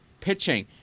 pitching